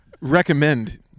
recommend